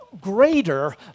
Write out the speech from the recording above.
greater